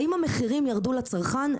האם המחירים ירדו לצרכן?